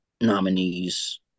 nominee's